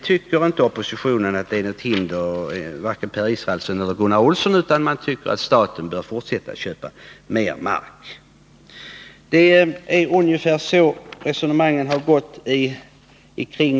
Varken Per Israelsson eller Gunnar Olsson tycker att det bör finnas något hinder för staten att fortsätta att köpa mer mark. Ungefär så har resonemangen varit.